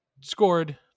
scored